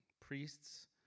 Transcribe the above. priests